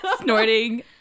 Snorting